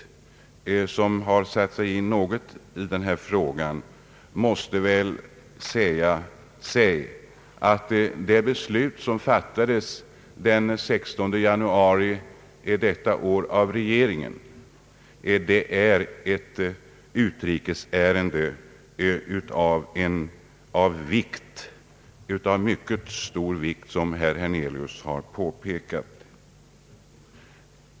Såsom herr Hernelius har påpekat måste det beslut som fattades den 16 januari i år av regeringen vara att anse som ett utrikes ärende av mycket stor vikt. Det tror jag också att den stora allmänhet som har satt sig in i denna fråga anser.